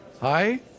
hi